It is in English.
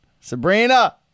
Sabrina